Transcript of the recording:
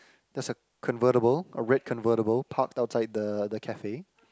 there's a convertible a red convertible park outside the the cafe